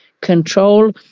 control